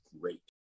great